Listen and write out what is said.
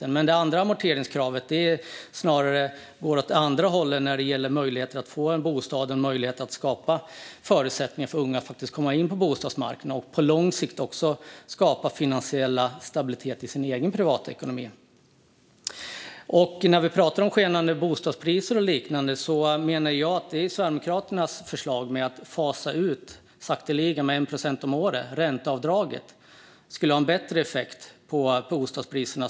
Men med det andra amorteringskravet går det snarare åt andra hållet när det gäller möjligheten att få en bostad, att skapa förutsättningar för unga att komma in på bostadsmarknaden och att på lång sikt skapa finansiell stabilitet i den egna privatekonomin. När vi talar om skenande bostadspriser och liknande menar jag att Sverigedemokraternas förslag att sakteliga fasa ut ränteavdraget, med 1 procent per år, skulle få en bättre effekt på bostadspriserna.